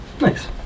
Nice